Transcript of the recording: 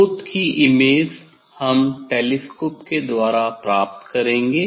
स्रोत की इमेज हम टेलीस्कोप के द्वारा प्राप्त करेंगे